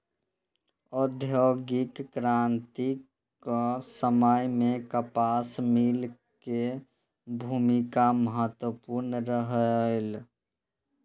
औद्योगिक क्रांतिक समय मे कपास मिल के भूमिका महत्वपूर्ण रहलै